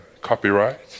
copyright